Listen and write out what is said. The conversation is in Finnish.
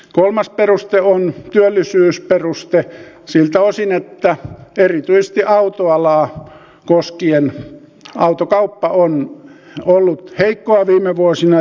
kolmas peruste on työllisyysperuste siltä osin että erityisesti autoalaa koskien autokauppa on ollut heikkoa viime vuosina